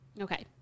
okay